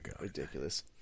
Ridiculous